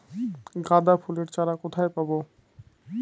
গাঁদা ফুলের চারা কোথায় পাবো?